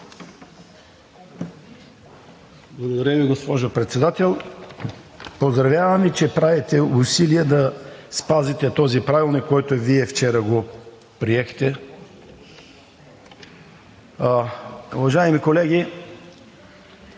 Благодаря Ви, госпожо Председател. Поздравявам Ви, че правите усилия да спазите този правилник, който Вие вчера приехте. Уважаеми колеги!